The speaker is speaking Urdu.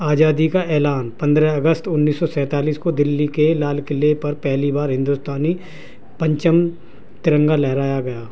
آزادی کا اعلان پندرہ اگست انیس سو سینتالیس کو دلی کے لال قلعے پر پہلی بار ہندوستانی پرچم ترنگا لہرایا گیا